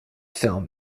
film